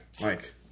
Mike